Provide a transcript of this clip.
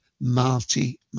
Marty